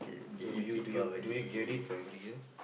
so do you do you do you get it for every year